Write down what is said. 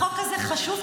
החוק הזה חשוב.